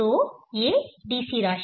तो ये DC राशि हैं